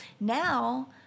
now